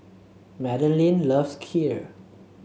Madaline loves Kheer